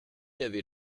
avait